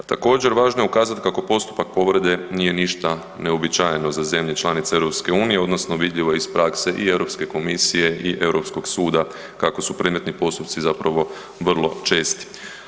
A također važno je ukazati kako postupak povrede nije ništa neuobičajeno za zemlje članice EU odnosno vidljivo je iz prakse i Europske komisije i Europskog suda kako su predmetni postupci zapravo vrlo česti.